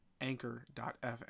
Anchor.fm